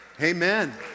Amen